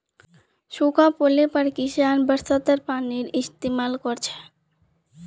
सूखा पोड़ले पर किसान बरसातेर पानीर इस्तेमाल कर छेक